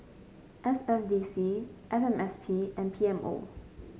S S D C F M S P and P M O